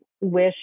wish